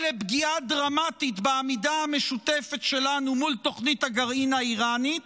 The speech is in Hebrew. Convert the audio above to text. לפגיעה דרמטית בעמידה המשותפת שלנו מול תוכנית הגרעין האיראנית,